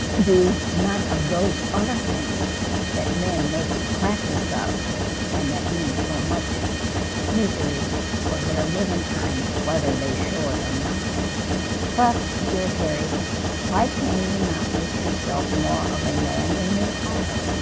do none of those other things that men make a practice of and that means so much misery for their women kind whether they show it or not but dear harry why can you not make yourself more of a man than you are?